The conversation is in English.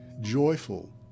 joyful